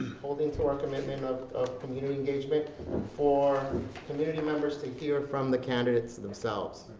holding to our commitment of community engagement and for community members to hear from the candidates themselves.